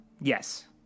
yes